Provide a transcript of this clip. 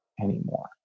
anymore